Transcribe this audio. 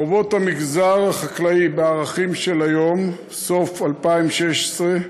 חוב המגזר החקלאי בערכים של היום, סוף 2016,